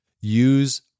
use